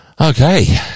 Okay